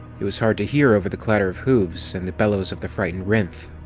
it was hard to hear over the clatter of hooves and the bellows of the frightened rhynth.